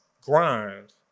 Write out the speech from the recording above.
grind